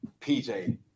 pj